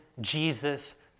Jesus